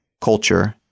culture